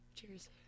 Cheers